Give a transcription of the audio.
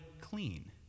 clean